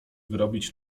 wyrobić